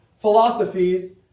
philosophies